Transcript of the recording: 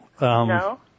No